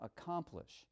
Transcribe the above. accomplish